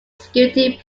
security